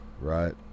right